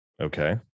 Okay